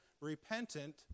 Repentant